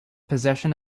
possession